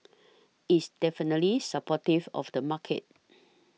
it's definitely supportive of the market